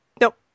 nope